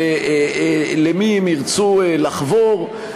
ולמי הם ירצו לחבור,